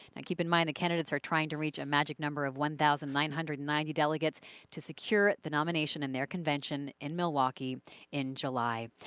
and keep in mind the candidates are trying to reach a magic number of one thousand nine hundred and ninety delegates to secure the nomination in their convention in milwaukee in july.